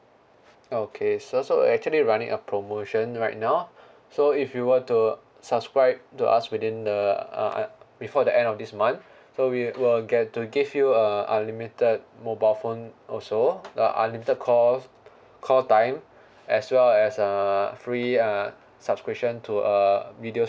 okay sir so we're actually running a promotion right now so if you were to subscribe to us within the uh before the end of this month so we will get to give you a unlimited mobile phone also uh unlimited call call time as well as a free uh subscription to uh videos